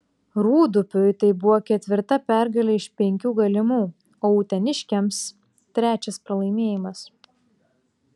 rūdupiui tai buvo ketvirta pergalė iš penkių galimų o uteniškiams trečias pralaimėjimas